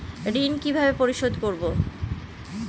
ঋণ কিভাবে পরিশোধ করব?